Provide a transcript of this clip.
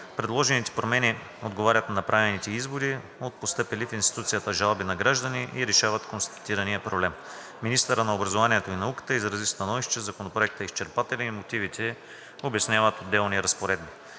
Предложените промени отговарят на направените изводи от постъпили в институцията жалби на граждани и решават констатирания проблем. Министърът на образованието и науката изрази становище, че Законопроектът е изчерпателен и мотивите обосновават отделните разпоредби.